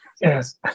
Yes